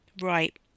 Right